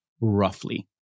roughly